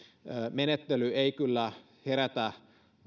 menettely ei kyllä herätä